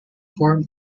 form